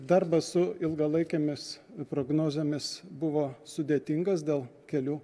darbas su ilgalaikėmis prognozėmis buvo sudėtingas dėl kelių